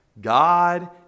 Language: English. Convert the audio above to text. God